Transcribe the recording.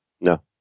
No